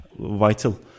vital